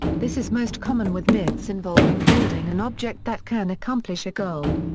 this is most common with myths involving building an object that can accomplish a goal.